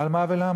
על מה ולמה?